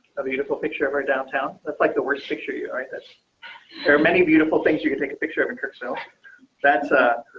a beautiful picture of our downtown. that's like the worst picture you like is there are many beautiful things you can take a picture of incorrect. so that's a,